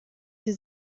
sie